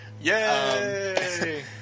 Yay